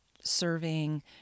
serving